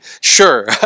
sure